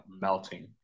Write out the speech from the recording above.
melting